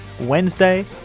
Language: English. Wednesday